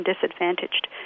disadvantaged